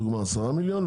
סתם לדוגמה עשרה מיליון,